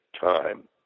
time